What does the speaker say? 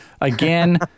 again